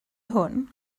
hwn